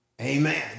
amen